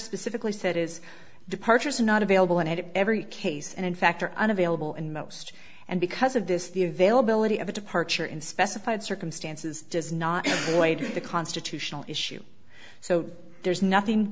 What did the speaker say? specifically said is departures are not available and had every case and in fact are unavailable in most and because of this the availability of a departure in specified circumstances does not relate to the constitutional issue so there's nothing